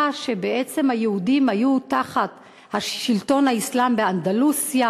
שבעצם היהודים היו תחת שלטון האסלאם באנדלוסיה,